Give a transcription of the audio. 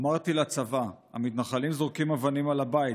אמרתי לצבא: המתנחלים זורקים אבנים על הבית,